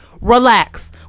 Relax